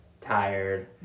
tired